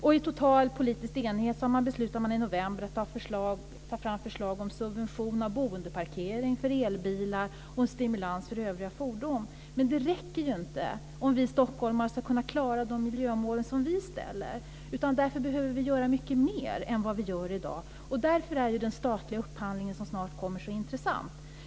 I total politisk enighet beslutade man i november att ta fram förslag om en subvention av boendeparkering för elbilar och om en stimulans för övriga fordon. Men det räcker inte om vi stockholmare ska kunna klara de miljömål vi ställer. Därför behöver vi göra mycket mer än i dag, och därför är den statliga upphandling som snart kommer så intressant.